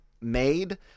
made